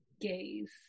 gaze